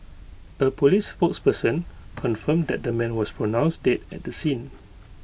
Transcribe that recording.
A Police spokesperson confirmed that the man was pronounced dead at the scene